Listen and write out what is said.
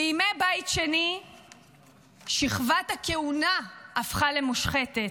בימי בית שני שכבת הכהונה הפכה למושחתת.